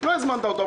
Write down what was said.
לא הזמנת אותו,